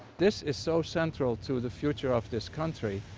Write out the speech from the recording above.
this is so central to the future of this country.